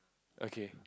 okay